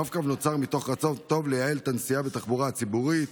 הרב-קו נוצר מתוך רצון טוב לייעל את הנסיעה בתחבורה הציבורית,